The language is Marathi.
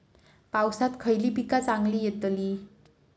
पावसात खयली पीका चांगली येतली?